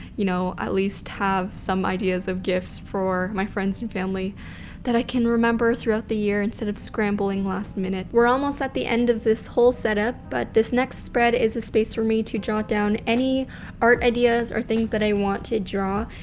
you know, at least have some ideas of gifts for my friends and family that i can remember throughout the year instead of scrambling last minute. we're almost at the end of this whole setup but this next spread is a space for me to jot down any art ideas or things that i want to draw.